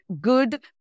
good